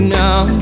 now